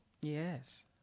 Yes